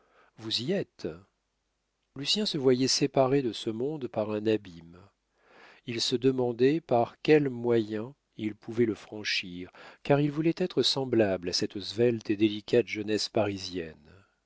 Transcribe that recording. vous y êtes lucien se voyait séparé de ce monde par un abîme il se demandait par quels moyens il pouvait le franchir car il voulait être semblable à cette svelte et délicate jeunesse parisienne